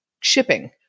shipping